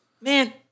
Man